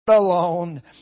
alone